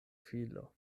filo